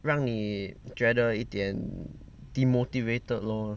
让你觉得一点 demotivated lor